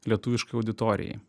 lietuviškai auditorijai